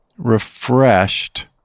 refreshed